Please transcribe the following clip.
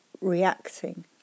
reacting